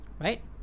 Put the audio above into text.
right